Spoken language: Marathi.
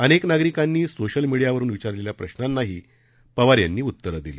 अनेक नागरिकांनी सोशल मीडियावरून विचारलेल्या प्रशांनाही पवार यांनी उत्तरं दिली